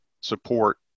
support